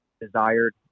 desired